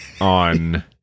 on